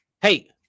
hey